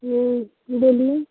बोलिए